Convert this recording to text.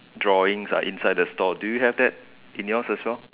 drawings ah inside the store do you have that in yours as well